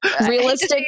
realistic